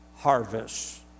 Harvest